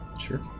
Sure